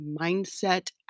mindset